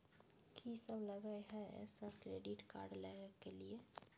कि सब लगय हय सर क्रेडिट कार्ड लय के लिए?